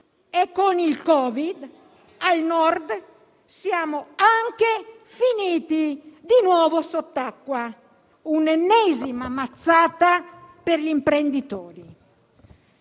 e con il Covid, al Nord siamo anche finiti di nuovo sott'acqua: l'ennesima mazzata per gli imprenditori.